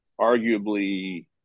arguably